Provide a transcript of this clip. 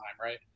right